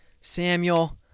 Samuel